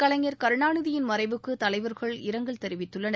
கலைஞர் கருணாநிதியின் மறைவுக்கு தலைவர்கள் இரங்கல் தெரிவித்துள்ளனர்